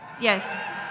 Yes